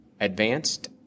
Advanced